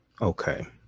Okay